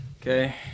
okay